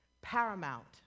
paramount